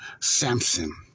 Samson